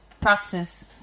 practice